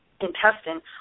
intestine